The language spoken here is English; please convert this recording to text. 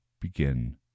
begin